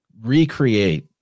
recreate